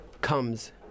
comes